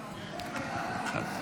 אחד?